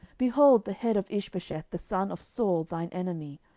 behold the head of ishbosheth the son of saul thine enemy,